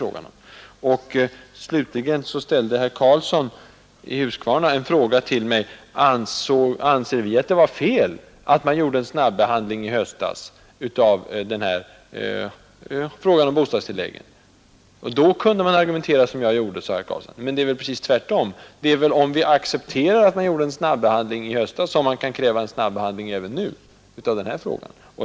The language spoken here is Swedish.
Herr Karlsson i Huskvarna ställde en fråga till mig, som jag till slut vill besvara. Han frågade om vi anser att det var fel att man i höstas gjorde en snabbehandling av frågan om bostadstilläggen. Anser man det kan man argumentera som jag gjorde, sade herr Karlsson. Men det är precis tvärtom: Om vi accepterar att man gjorde en snabbehandling i höstas kan vi nu kräva en snabbehandling även av den här frågan.